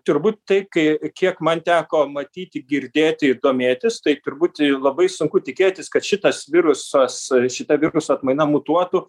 turbūt tai kai kiek man teko matyti girdėti domėtis tai turbūt labai sunku tikėtis kad šitas virusas šita viruso atmaina mutuotų